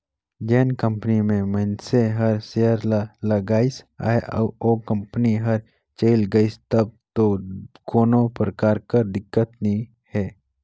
जेन कंपनी में मइनसे हर सेयर ल लगाइस अहे अउ ओ कंपनी हर चइल गइस तब दो कोनो परकार कर दिक्कत नी हे